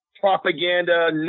propaganda